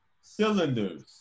cylinders